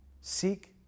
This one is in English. seek